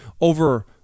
over